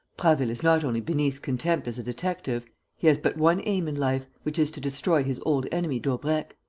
prasville is not only beneath contempt as a detective he has but one aim in life, which is to destroy his old enemy, daubrecq.